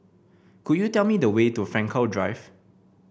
could you tell me the way to Frankel Drive